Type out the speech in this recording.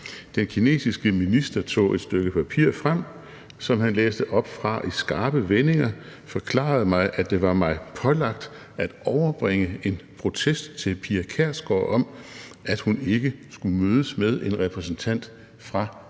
»Den kinesiske minister tog et stykke papir frem, som han læste op fra og i skarpe vendinger forklarede mig, at det var mig pålagt at overbringe en protest til Pia Kjærsgaard om, at hun ikke skulle mødes med repræsentanten fra